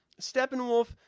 steppenwolf